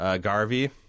Garvey